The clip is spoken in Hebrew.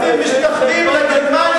אתם משתחווים לגרמניה,